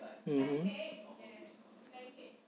mmhmm